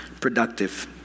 productive